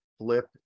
Flip